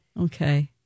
Okay